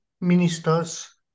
ministers